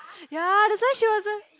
ya that's why she was a